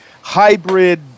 hybrid